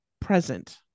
present